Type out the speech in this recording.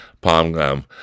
Palm